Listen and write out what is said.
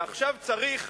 ועכשיו צריך,